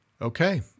Okay